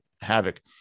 havoc